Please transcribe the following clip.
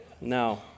No